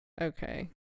Okay